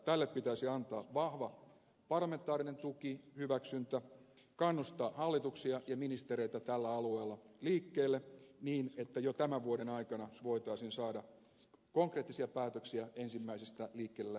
tälle pitäisi antaa vahva parlamentaarinen tuki hyväksyntä kannustaa hallituksia ja ministereitä tällä alueella liikkeelle niin että jo tämän vuoden aikana voitaisiin saada konkreettisia päätöksiä ensimmäisistä liikkeelle lähtevistä projekteista